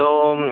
তো